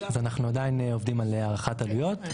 אנחנו עדיין עובדים על הערכת עלויות.